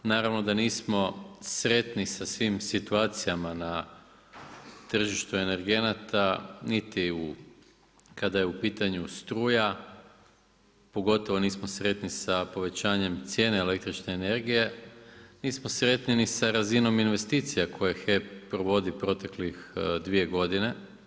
Naravno da nismo sretni sa svim situacijama na tržištu energenata niti kada je u pitanju struja, pogotovo nismo sretni sa povećanjem cijene električne energije, nismo sretni ni sa razinom investicija koje HEP provodi proteklih dvije godine.